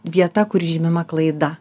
vieta kur žymima klaida